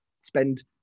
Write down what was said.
spend